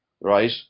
right